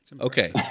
Okay